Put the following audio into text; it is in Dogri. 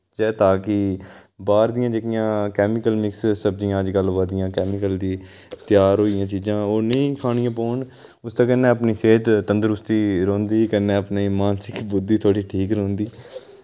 चै ताकि बाह्र दियां जेह्कियां कैमिकल मिक्स सब्जियां अजकल आवै दियां कैमिकल दी त्यार होई गेइयां चीजां ओह् नेईं खानियां पौन उसदे कन्नै अपनी सेह्त तंदरुस्ती रोह्नदी कन्नै अपनी मानसिक बुद्धि थोह्ड़ी ठीक रौंह्दी